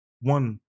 One